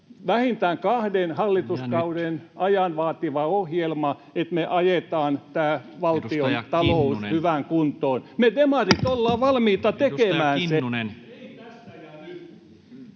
vähintään kahden hallituskauden ajan vaativa ohjelma, että me ajetaan tämä valtiontalous hyvään kuntoon. [Puhemies huomauttaa ajasta] Me